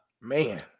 Man